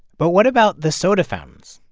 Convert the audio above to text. but what about the soda fountains?